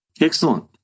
Excellent